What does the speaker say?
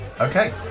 Okay